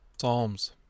Psalms